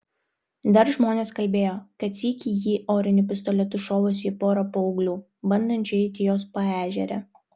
dar žmonės kalbėjo kad sykį ji oriniu pistoletu šovusi į porą paauglių bandančių eiti jos paežere